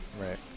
right